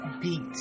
beat